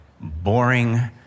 boring